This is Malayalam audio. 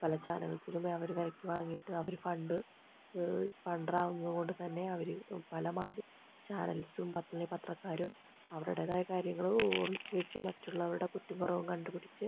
പല ചാനൽസിലും പോയി അവർ വിലയ്ക്ക് വാങ്ങിയിട്ട് അവർ ഫണ്ട് ഫണ്ടർ ആവുന്നതുകൊണ്ട് തന്നെ അവർ പല ചാനൽസും പത്രക്കാരും അവരുടേതായ കാര്യങ്ങൾ ഒളിച്ചു വച്ച് മറ്റുള്ളവരുടെ കുറ്റവും കുറവും കണ്ടുപിടിച്ച്